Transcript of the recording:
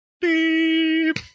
beep